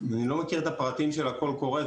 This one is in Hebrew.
אני לא מכיר את הפרטים של הקול קורא,